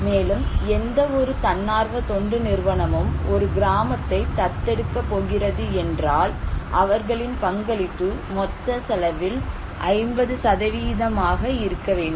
மேலும் எந்தவொரு தன்னார்வ தொண்டு நிறுவனமும் ஒரு கிராமத்தை தத்தெடுக்கப் போகிறது என்றால் அவர்களின் பங்களிப்பு மொத்த செலவில் 50 ஆக இருக்க வேண்டும்